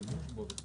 השימוש בו וכו'.